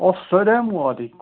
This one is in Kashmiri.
السلامُ علیکُم